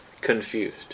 confused